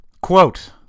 Quote